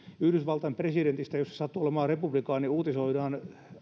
yhdysvaltain presidentistä jos hän sattuu olemaan republikaani uutisoidaan